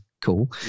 cool